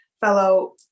fellow